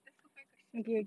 let's go five questions